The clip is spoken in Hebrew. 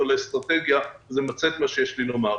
ועל האסטרטגיה וזה ימצה את מה שיש לי לומר.